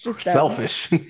Selfish